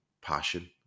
passion